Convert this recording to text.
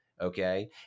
okay